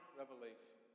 revelation